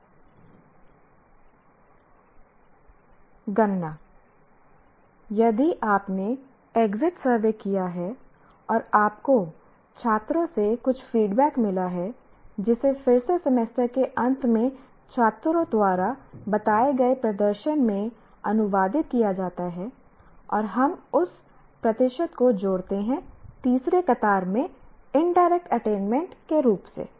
गणना यदि आपने एक्जिट सर्वे किया है और आपको छात्रों से कुछ फीडबैक मिला है जिसे फिर से सेमेस्टर के अंत में छात्रों द्वारा बताए गए प्रदर्शन में अनुवादित किया जाता है और हम उस प्रतिशत को जोड़ते हैं तीसरे कतार में इनडायरेक्ट अटेनमेंट रूप से